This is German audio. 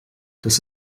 das